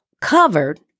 covered